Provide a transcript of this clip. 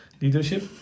leadership